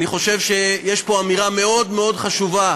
אני חושב שיש פה אמירה מאוד מאוד חשובה.